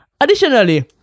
Additionally